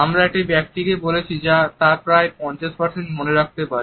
আমরা একটি ব্যক্তি যা বলেছে তার প্রায় 50 মনে রাখতে পারি